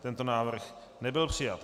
Tento návrh nebyl přijat.